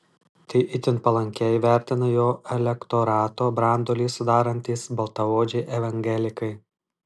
tai itin palankiai vertina jo elektorato branduolį sudarantys baltaodžiai evangelikai